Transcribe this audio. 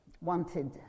wanted